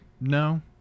No